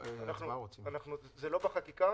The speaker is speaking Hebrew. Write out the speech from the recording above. זה לא בחקיקה.